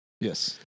Yes